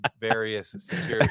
various